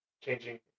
changing